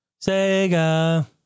Sega